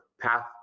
path